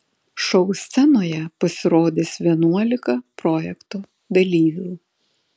šou scenoje pasirodys vienuolika projekto dalyvių